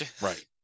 Right